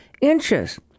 inches